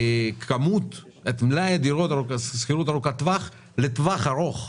כמות את מלאי הדירות לשכירות ארוכת טווח לטווח ארוך,